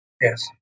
Yes